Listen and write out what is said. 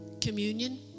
communion